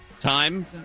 Time